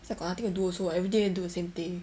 outside got nothing to do also everyday do the same thing